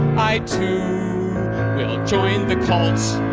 i too will join the cult.